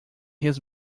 his